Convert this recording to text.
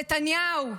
נתניהו,